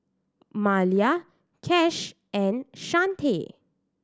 Malia Cash and Chante